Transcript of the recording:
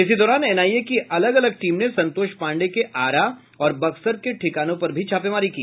इसी दौरान एनआईए की अलग अलग टीम ने संतोष पांडेय के आरा और बक्सर के ठिकानों पर भी छापेमारी की